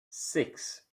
six